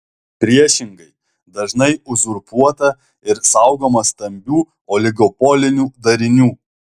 priešingai dažnai uzurpuota ir saugoma stambių oligopolinių darinių